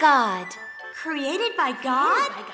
god created by god